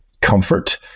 comfort